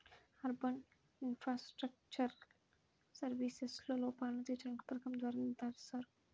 urban infrastructural సర్వీసెస్లో లోపాలను తీర్చడానికి పథకం ద్వారా నిర్ధారిస్తారు